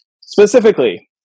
Specifically